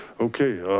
okay,